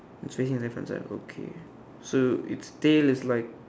see it at the front side okay so it's tail is like